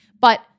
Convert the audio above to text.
But-